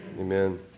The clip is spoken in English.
Amen